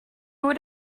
would